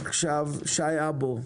שי אבו.